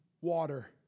water